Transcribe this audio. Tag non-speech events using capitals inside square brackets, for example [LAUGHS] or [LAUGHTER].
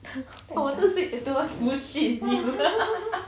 I wanted to say got too much bullshit is it [LAUGHS]